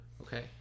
Okay